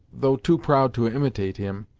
though too proud to imitate him,